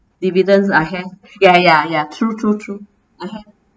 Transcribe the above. dividends I have ya ya ya true true true I have